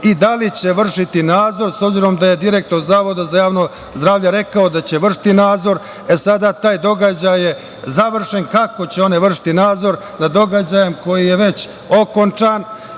i da li će vršiti nadzor, s obzirom da je direktor Zavoda za javno zdravlje rekao da će vršiti nadzor. Sada je taj događaj završen. Kako će oni vršiti nadzor nad događajem koji je već okončan? Želim